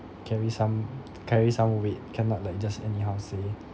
carry some carry some weight cannot like just anyhow say